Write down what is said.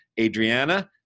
Adriana